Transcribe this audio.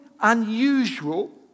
unusual